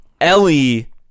Ellie